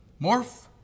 Morph